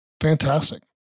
Fantastic